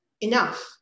enough